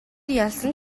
ялсан